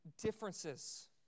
differences